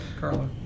Carla